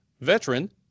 veteran